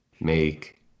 make